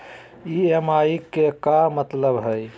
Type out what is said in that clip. EMI के का मतलब हई?